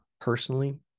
Personally